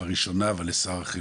בראשונה לשר החינוך,